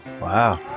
Wow